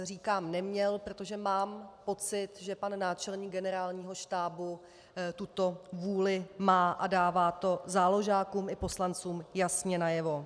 Říkám neměl, protože mám pocit, že náčelník Generálního štábu tuto vůli má a dává to záložákům i poslancům jasně najevo.